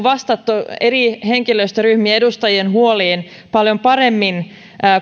vastattu eri henkilöstöryhmien edustajien huoliin paljon paremmin